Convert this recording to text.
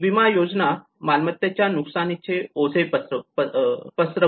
विमा योजना मालमत्तेच्या नुकसानाचे ओझे पसरवते